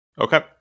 Okay